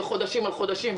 חודשים על חודשים,